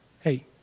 hey